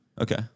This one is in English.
Okay